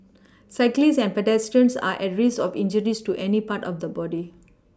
cyclists and pedestrians are at risk of injuries to any part of the body